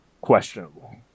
questionable